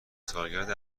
سالگرد